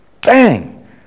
Bang